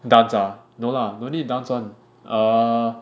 dance ah no lah no need dance [one] err